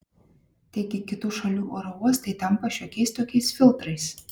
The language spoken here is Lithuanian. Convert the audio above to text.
taigi kitų šalių oro uostai tampa šiokiais tokiais filtrais